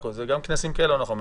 גם כנסים כאלה אנחנו מאשרים?